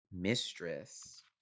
Mistress